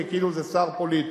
כי כאילו זה שר פוליטי.